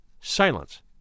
silence